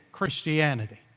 Christianity